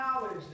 knowledge